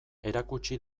erakutsi